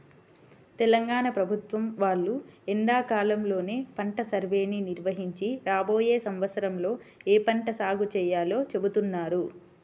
తెలంగాణ ప్రభుత్వం వాళ్ళు ఎండాకాలంలోనే పంట సర్వేని నిర్వహించి రాబోయే సంవత్సరంలో ఏ పంట సాగు చేయాలో చెబుతారు